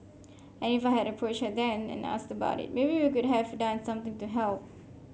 and if I had approached her then and asked about it maybe we could have done something to help